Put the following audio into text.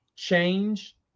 Change